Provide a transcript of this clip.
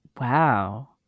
Wow